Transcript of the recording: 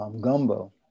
gumbo